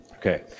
Okay